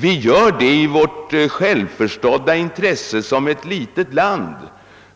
Vi gör det i vårt självförstådda intresse som ett litet land